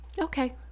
okay